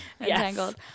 Entangled